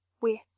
Wait